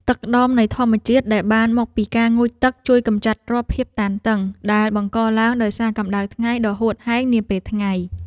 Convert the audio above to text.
ទឹកដមនៃធម្មជាតិដែលបានមកពីការងូតទឹកជួយកម្ចាត់រាល់ភាពតានតឹងដែលបង្កឡើងដោយសារកម្តៅថ្ងៃដ៏ហួតហែងនាពេលថ្ងៃ។